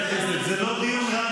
מה